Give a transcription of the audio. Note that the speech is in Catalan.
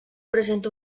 presenta